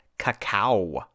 Cacao